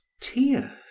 tears